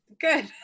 Good